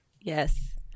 Yes